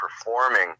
performing